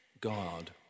God